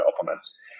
opponents